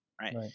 right